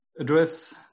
address